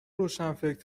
روشنفکر